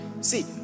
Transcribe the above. See